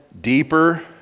deeper